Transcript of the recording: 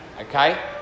Okay